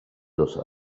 los